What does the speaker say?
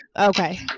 okay